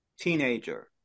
teenager